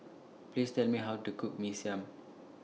Please Tell Me How to Cook Mee Siam